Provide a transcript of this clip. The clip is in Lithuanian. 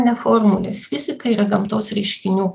ne formulės fizika yra gamtos reiškinių